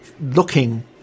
looking